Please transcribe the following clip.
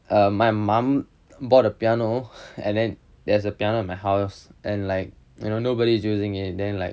err my mum bought a piano and then there's a piano in my house and like you know nobody is using it then like